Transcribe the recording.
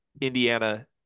Indiana